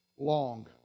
long